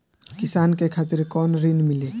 किसान के खातिर कौन ऋण मिली?